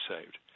saved